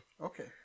Okay